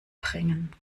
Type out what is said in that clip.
bringen